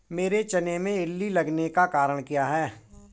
मेरे चने में इल्ली लगने का कारण क्या है?